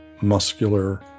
muscular